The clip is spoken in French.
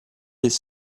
les